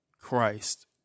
Christ